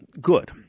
Good